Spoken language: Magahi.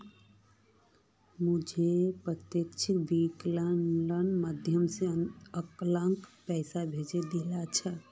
मुई प्रत्यक्ष विकलनेर माध्यम स अंकलक पैसा भेजे दिल छि